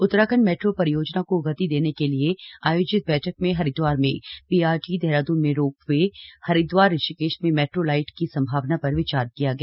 Uttarakhand metro परियोजना को गति देने के लिये आयोजित बैठक में हरिद्वार में पीआरटी देहरादून में रोपवे हरिद्वार ऋषिकेश में मेट्रो लाइट की सम्भवना पर विचार किया गया